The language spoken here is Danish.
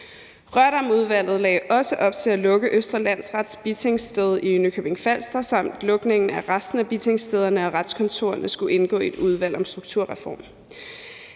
Rørdamudvalget lagde også op til at lukke Østre Landsrets bitingssted i Nykøbing Falster, samt at lukning af resten af bitingsstederne og retskontorerne skulle indgå i et udvalg om strukturreform.